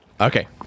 Okay